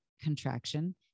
contraction